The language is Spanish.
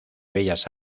bellas